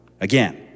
again